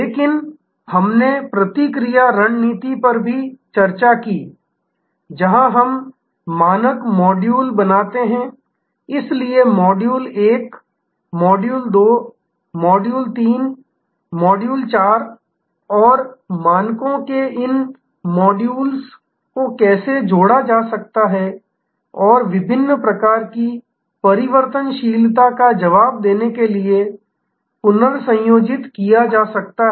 लेकिन हमने प्रतिक्रिया रणनीति पर भी चर्चा की जहां हम मानक मॉड्यूल बनाते हैं इसलिए मॉड्यूल 1 मॉड्यूल 2 मॉड्यूल 3 मॉड्यूल 4 और मानकों के इन मॉड्यूल को कैसे जोड़ा जा सकता है और विभिन्न प्रकार की परिवर्तनशीलता का जवाब देने के लिए पुनर्संयोजित किया जा सकता है